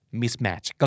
mismatch